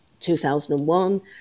2001